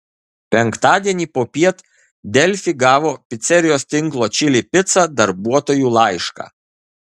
penktadienį popiet delfi gavo picerijos tinklo čili pica darbuotojų laišką